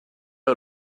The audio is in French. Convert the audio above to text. est